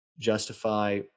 justify